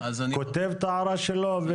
כותב את ההערה שלו.